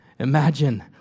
Imagine